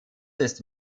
ist